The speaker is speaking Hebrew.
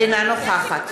אינה נוכחת